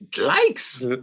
likes